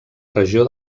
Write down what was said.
regió